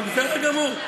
זה בסדר גמור.